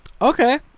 Okay